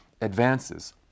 advances